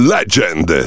Legend